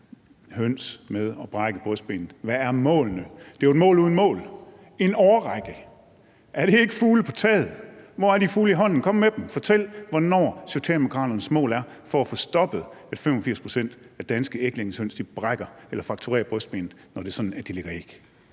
høns brækker brystbenet? Hvad er målene? Det er jo et mål uden mål: en årrække. Er det ikke fugle på taget? Hvor er de fugle i hånden? Kom med dem – fortæl, hvornår Socialdemokraternes mål er i forhold til at få stoppet, at 85 pct. af danske æglæggende høns brækker eller frakturerer brystbenet, når de lægger